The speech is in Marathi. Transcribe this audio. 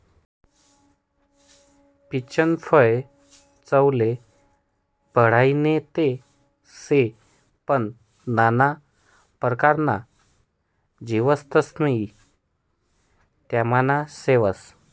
पीचनं फय चवले बढाईनं ते शे पन नाना परकारना जीवनसत्वबी त्यानामा शेतस